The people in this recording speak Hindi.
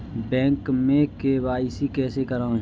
बैंक में के.वाई.सी कैसे करायें?